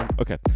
Okay